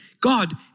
God